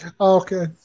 Okay